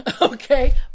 Okay